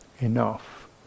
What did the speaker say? enough